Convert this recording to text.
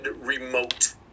remote